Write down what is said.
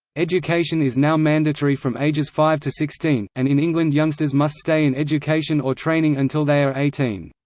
education is now mandatory from ages five to sixteen, and in england youngsters must stay in education or training until they are eighteen.